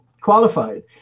qualified